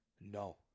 No